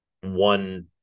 one